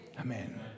Amen